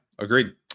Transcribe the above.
Agreed